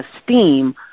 esteem